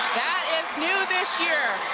is new this year.